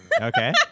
Okay